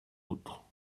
autre